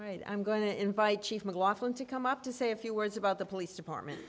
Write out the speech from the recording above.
right i'm going to invite chief mclaughlin to come up to say a few words about the police department